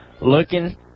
looking